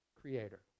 creator